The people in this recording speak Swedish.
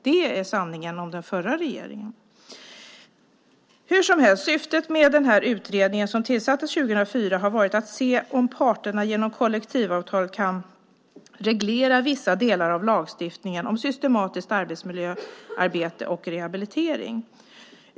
Det är sanningen om den förra regeringen. Hur som helst har syftet med utredningen, som tillsattes 2004, varit att se om parterna genom kollektivavtalet kan reglera vissa delar av lagstiftningen om systematiskt arbetsmiljöarbete och rehabilitering.